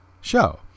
show